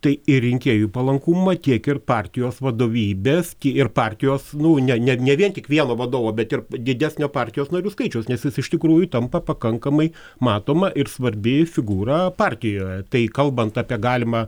tai ir rinkėjų palankumą kiek ir partijos vadovybės ir partijos nu ne vien tik vieno vadovo bet ir didesnio partijos narių skaičiaus nes jis iš tikrųjų tampa pakankamai matoma ir svarbi figūra partijoje tai kalbant apie galimą